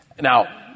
Now